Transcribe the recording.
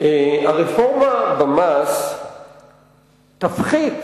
הרפורמה במס תפחית